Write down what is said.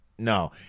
No